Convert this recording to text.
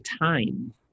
time